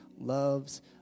loves